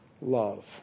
love